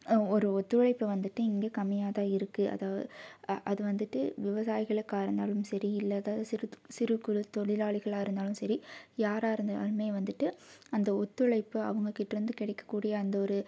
ஒரு ஒத்துழைப்பு வந்துட்டு இங்கே கம்மியாக தான் இருக்கு அதாவுது அது வந்துட்டு விவசாயிகளுக்காக இருந்தாலும் சரி இல்லை எதாவது சிறு சிறுகுறு தொழிலாளிகளாக இருந்தாலும் சரி யாராக இருந்தாலும் வந்துட்டு அந்த ஒத்துழைப்பு அவங்கக் கிட்டேருந்து கிடைக்கக்கூடிய அந்த ஒரு